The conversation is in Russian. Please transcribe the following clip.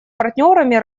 партнерами